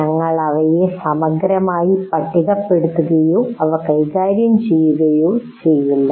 ഞങ്ങൾ അവയെ സമഗ്രമായി പട്ടികപ്പെടുത്തുകയോ അവ കൈകാര്യം ചെയ്യുകയോ ചെയ്യില്ല